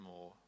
more